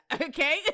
Okay